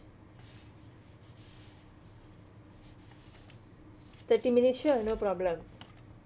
thirty minutes sure no problem